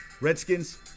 Redskins